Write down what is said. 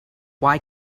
why